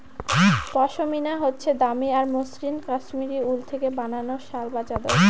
পশমিনা হচ্ছে দামি আর মসৃণ কাশ্মীরি উল থেকে বানানো শাল বা চাদর